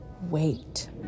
wait